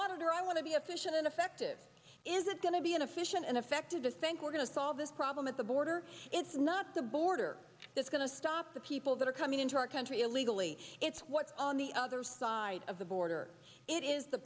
auditor i want to be efficient and effective is it going to be an efficient and effective to think we're going to solve this problem at the border it's not the border that's going to stop the people that are coming into our country illegally it's what's on the other side of the border it is the